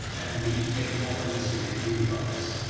and we need to take a more holistic view of this.